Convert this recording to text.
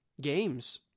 Games